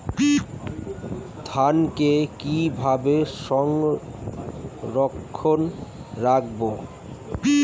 ধানকে কিভাবে সংরক্ষণ করব?